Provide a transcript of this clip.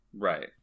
Right